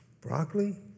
broccoli